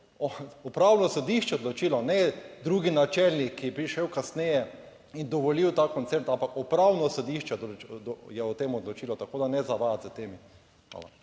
Upravno sodišče je odločilo, ne drugi načelnik, ki bi šel kasneje in dovolil ta koncert, ampak Upravno sodišče je o tem odločilo. Tako da ne zavajati s temi.